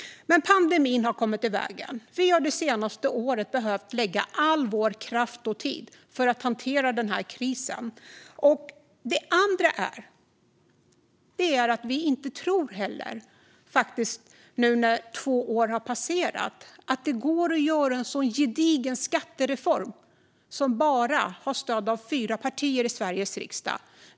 Men pandemin har kommit i vägen. Vi har det senaste året behövt lägga all vår kraft och tid på att hantera denna kris. Det andra är att vi inte heller tror, nu när två år har passerat, att det går att göra en så gedigen skattereform som bara har stöd av fyra partier i Sveriges riksdag.